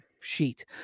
sheet